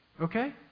Okay